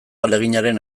ahaleginaren